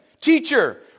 teacher